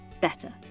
better